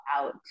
out